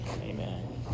amen